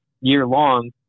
year-long